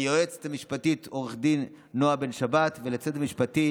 ליועצת המשפטית עו"ד נעה בן שבת ולצוות המשפטי,